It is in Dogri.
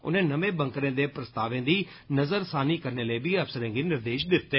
उनें नमें बंकरें दे प्रस्तावें दी नज़रसानी करने लेई बी अफसरें गी निर्देष दित्ते